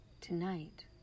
tonight